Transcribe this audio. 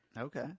Okay